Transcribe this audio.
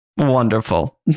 wonderful